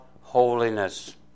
holiness